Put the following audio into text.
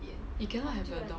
you cannot have a dog now